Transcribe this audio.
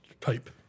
type